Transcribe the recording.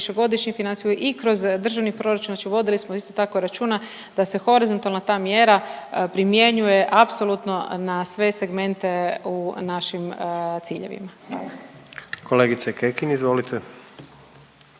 i kroz državni proračun, znači vodili smo isto tako računa da se horizontalna ta mjera primjenjuje apsolutno na sve segmente u našim ciljevima. Hvala. **Jandroković,